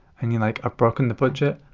and you're like i've broken the budget,